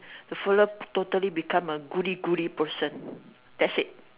the fella totally become a goody goody person that's it